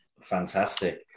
Fantastic